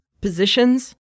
positions